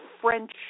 French